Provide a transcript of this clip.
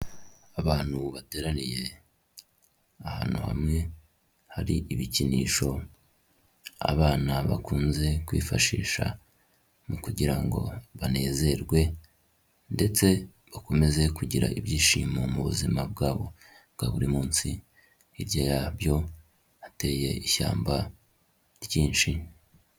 Abantu bateraniye ahantu hamwe, hari ibikinisho abana bakunze kwifashisha mu kugira ngo banezerwe ndetse bakomeze kugira ibyishimo mu buzima bwabo bwa buri munsi. Hirya yabyo hateye ishyamba ryinshi.